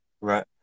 right